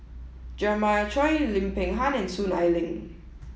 Jeremiah Choy Lim Peng Han and Soon Ai Ling